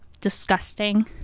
disgusting